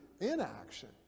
inaction